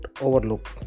overlook